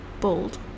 bold